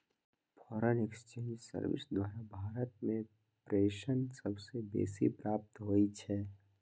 foreign exchange service द्वारा भारत में प्रेषण सबसे बेसी प्राप्त होई छै